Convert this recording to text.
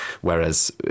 Whereas